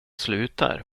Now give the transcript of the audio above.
slutar